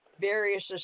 Various